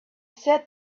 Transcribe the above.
said